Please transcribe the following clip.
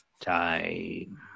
Time